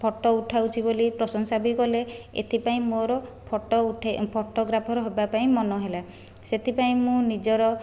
photo ଉଠାଉଛି ବୋଲି ପ୍ରଶଂସା ବି କଲେ ଏଥିପାଇଁ ମୋର ଫଟୋ ଉଠାଇ ଫଟୋଗ୍ରାଫର ହେବା ପାଇଁ ମନ ହେଲା ସେଥିପାଇଁ ମୁଁ ନିଜର